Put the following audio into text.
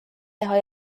teha